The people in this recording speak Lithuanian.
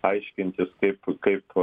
aiškintis kaip kaip